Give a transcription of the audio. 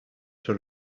sur